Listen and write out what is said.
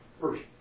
First